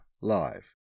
Live